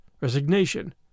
resignation